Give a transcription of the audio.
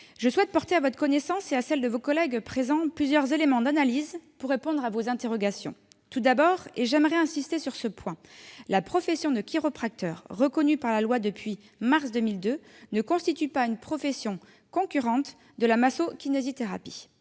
Je souhaite porter à votre connaissance, et à celle de vos collègues présents, plusieurs éléments d'analyse pour répondre à vos interrogations. Tout d'abord, et j'aimerais insister sur ce point, la profession de chiropracteur, reconnue par la loi depuis mars 2002, ne constitue pas une profession concurrente de la masso-kinésithérapie.